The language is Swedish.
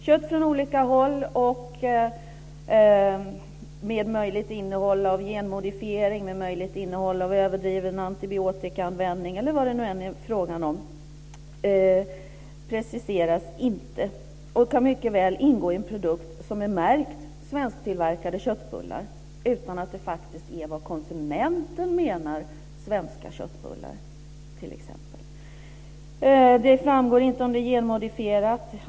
Kött från olika håll med möjligt innehåll av genmodifiering, innehåll av överdriven antibiotikaanvändning eller vad det nu är fråga om preciseras inte och kan mycket väl ingå i en produkt som är märkt: svensktillverkade köttbullar, utan att det är vad konsumenten menar med svenska köttullar, t.ex. Det framgår inte om det är genmodifierat.